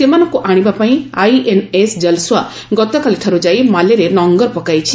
ସେମାନଙ୍କୁ ଆଶିବା ପାଇଁ ଆଇଏନ୍ଏସ ଜଲସ୍ୱା ଗତକାଲିଠାରୁ ଯାଇ ମାଲେରେ ନଙ୍ଗର ପକାଇଛି